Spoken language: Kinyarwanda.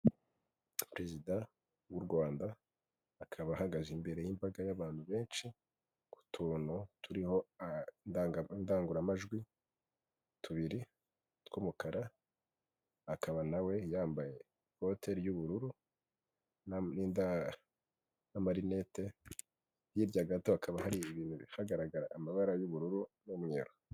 Perezida w'u Rwanda akaba ahagaze imbere y'imbaga y'abantu benshi ku tuntu turiho indandangururamajwi, tubiri tw'umukara; akaba na yambaye ikote ry'ubururu nada n'amarinette yirya gato hakaba hari ibintu bi hagaragara amabara y'ubururu n'umweru.